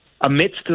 amidst